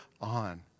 on